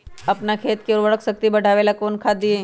अपन खेत के उर्वरक शक्ति बढावेला कौन खाद दीये?